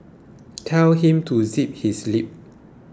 tell him to zip his lip